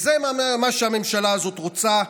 זה מה שהממשלה הזאת רוצה.